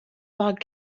log